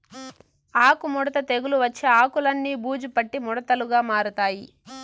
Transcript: ఆకు ముడత తెగులు వచ్చి ఆకులన్ని బూజు పట్టి ముడతలుగా మారతాయి